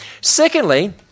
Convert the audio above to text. Secondly